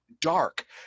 dark